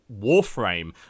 Warframe